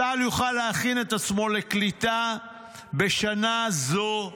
צה"ל יוכל להכין את עצמו לקליטה בשנה זו,